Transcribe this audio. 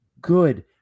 good